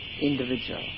individual